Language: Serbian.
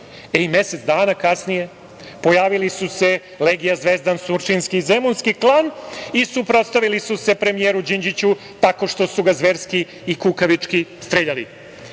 Mesec dana kasnije pojavili su se Legija, Zvezdan, surčinski i zemunski klan i suprotstavili su se premijeru Đinđiću tako što su ga zverski i kukavički streljali. Da